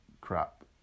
crap